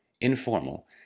informal